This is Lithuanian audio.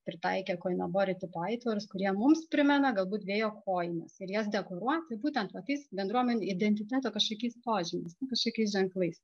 pritaikę koinobor tipo aitvarus kurie mums primena galbūt vėjo kojines ir jas dekoruoti būtent va tais bendruomenių identiteto kažkokiais požymiais kažkokiais ženklais